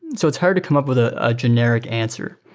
so it's hard to come up with a ah generic answer.